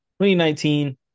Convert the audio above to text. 2019